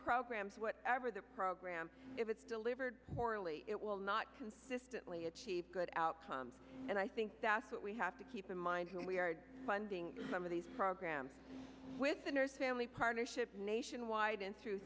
programs whatever the program if it's delivered poorly it will not consistently achieve good outcomes and i think that's what we have to keep in mind when we are funding some of these programs with the nurse family partnership nationwide and through